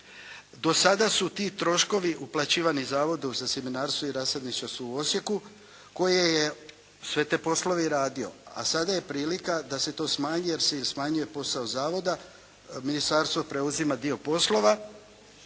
Do sada su ti troškovi uplaćivani Zavodu za sjemenarstvo i rasadničarstvo u Osijeku koje je sve te poslove i radio a sada je prilika da se to smanji jer se i smanjuje posao zavoda, ministarstvo preuzima dio poslova